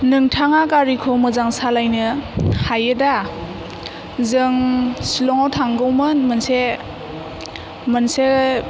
नोंथाङा गारिखौ मोजां सालायनो हायोदा जों सिलंआव थांगौमोन मोनसे मोनसे